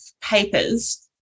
papers